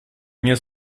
nie